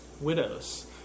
widows